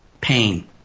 pain